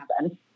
happen